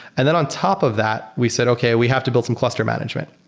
and then on top of that we said, okay. we have to build some cluster management.